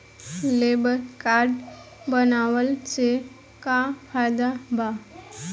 Labour card बनवाला से का फायदा बा?